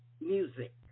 music